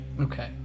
Okay